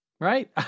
Right